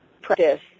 practice